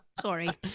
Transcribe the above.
Sorry